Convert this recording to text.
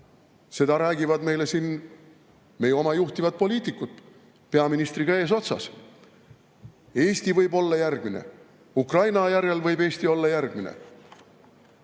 Seda räägivad meile siin meie oma juhtivad poliitikud peaministriga eesotsas. Eesti võib olla järgmine. Ukraina järel võib Eesti olla järgmine.